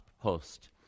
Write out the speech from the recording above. Post